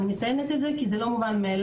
אני מציינת את זה, כי זה לא מובן מאליו.